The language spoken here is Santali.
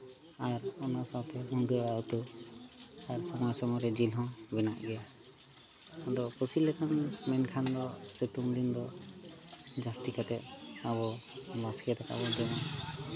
ᱟᱨ ᱚᱱᱟ ᱥᱟᱶᱛᱮ ᱢᱩᱱᱜᱟᱹ ᱟᱲᱟᱜ ᱩᱛᱩ ᱟᱨ ᱚᱱᱟ ᱥᱚᱸᱜᱮ ᱨᱮ ᱡᱤᱞ ᱦᱚᱸ ᱢᱮᱱᱟᱜ ᱜᱮᱭᱟ ᱟᱫᱚ ᱠᱩᱥᱤ ᱞᱮᱠᱟᱱᱟᱜ ᱢᱮᱱᱠᱷᱟᱱ ᱫᱚ ᱥᱤᱛᱩᱝ ᱫᱤᱱ ᱫᱚ ᱡᱟᱹᱥᱛᱤ ᱠᱟᱛᱮᱫ ᱟᱵᱚ ᱵᱟᱥᱠᱮ ᱫᱟᱠᱟ ᱵᱚᱱ ᱡᱚᱢᱟ